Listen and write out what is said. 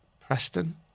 Preston